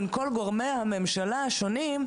בין כל גורמי הממשלה השונים,